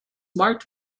marked